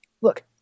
look